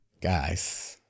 guys –